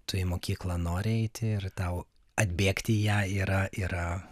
tu į mokyklą nori eiti ir tau atbėgti į ją yra yra